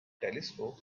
telescope